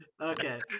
Okay